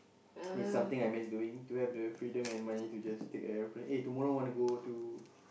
is something I miss doing to have the freedom and money to just take an aeroplane eh tomorrow want to go to